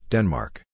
Denmark